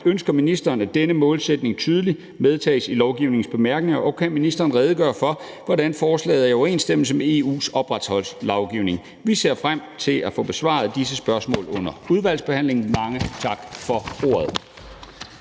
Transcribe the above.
Ønsker ministeren, at denne målsætning tydeligt medtages i lovgivningens bemærkninger, og kan ministeren redegøre for, hvordan forslaget er i overensstemmelse med EU's ophavsretslovgivning? Vi ser frem til at få besvaret disse spørgsmål under udvalgsbehandlingen. Mange tak for ordet.